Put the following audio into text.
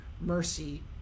mercy